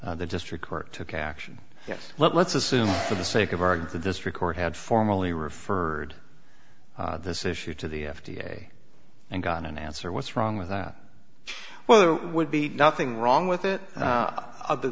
the district court took action yes let's assume for the sake of argument this record had formally referred this issue to the f d a and got an answer what's wrong with that well there would be nothing wrong with it other